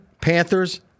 Panthers